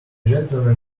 gentleman